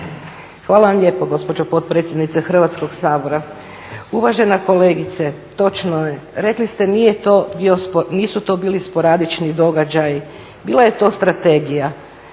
Hvala vam lijepo gospođo potpredsjednice Hrvatskog sabora. Uvažena kolegice, točno je rekli ste nisu to bili sporadični događaji, bila je to strategija